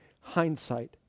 hindsight